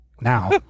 now